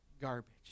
garbage